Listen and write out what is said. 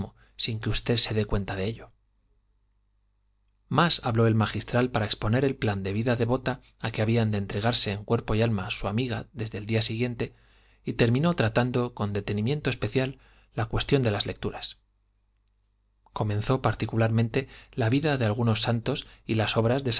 sin que usted se dé cuenta de ello más habló el magistral para exponer el plan de vida devota a que había de entregarse en cuerpo y alma su amiga desde el día siguiente y terminó tratando con detenimiento especial la cuestión de las lecturas recomendó particularmente la vida de algunos santos y las obras de